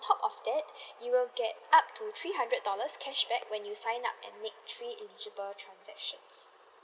top of that you will get up to three hundred dollars cashback when you sign up and make three eligible transaction